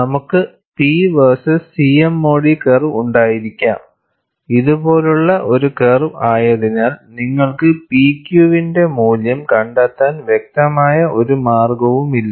നമുക്ക് P versus CMOD curve ഉണ്ടായിരിക്കാം ഇതുപോലുള്ള ഒരു കർവ് ആയതിനാൽ നിങ്ങൾക്ക് PQ വിന്റെ മൂല്യം കണ്ടെത്താൻ വ്യക്തമായ ഒരു മാർഗവുമില്ല